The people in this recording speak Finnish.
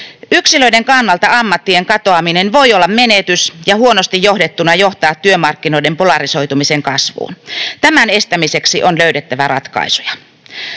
Yksilöiden kannalta ammattien katoaminen voi olla menetys ja huonosti johdettuna johtaa työmarkkinoiden polarisoitumisen kasvuun. Tämän estämiseksi on löydettävä ratkaisuja.